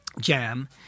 jam